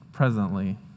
Presently